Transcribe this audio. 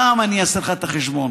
פעם אני אעשה לך את החשבון,